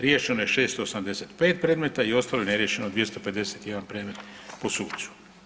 Riješeno je 685 predmeta i ostalo je neriješeno 251 predmet po sucu.